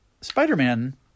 Spider-Man